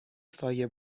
سایه